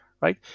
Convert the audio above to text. right